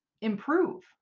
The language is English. improve